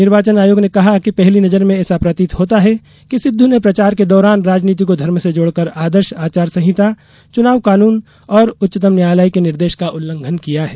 निर्वाचन आयोग ने कहा कि पहली नजर में ऐसा प्रतीत होता है कि सिद्धू ने प्रचार के दौरान राजनीति को धर्म से जोड़कर आदर्श आचार संहिता चुनाव कानून और उच्चतम न्यायालय के निर्देश का उल्लंघन किया है